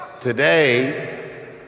today